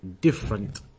different